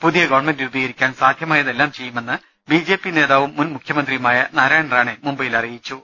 പുതിയ ഗവൺമെന്റ് രൂപീകരിക്കാൻ സാധ്യമായതെല്ലാം ചെയ്യുമെന്ന് ബി ജെ പി നേതാവും മുൻ മുഖ്യമന്ത്രിയുമായ നാരാ യൺ റാണെ മുംബൈയിൽ അറിയിച്ചു